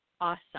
awesome